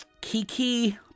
Kiki